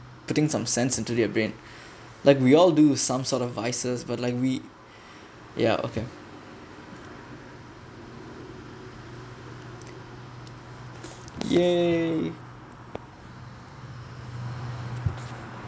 putting some sense into their brain like we all do some sort of vices but like we ya okay !yay!